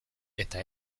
eta